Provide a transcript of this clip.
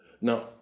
Now